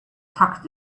tucked